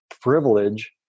privilege